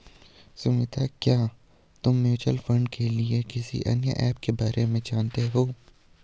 सुमित, क्या तुम mutual fund के लिए किसी अन्य ऐप के बारे में जानते हो?